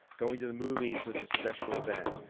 going to the movies was a special event.